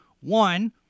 one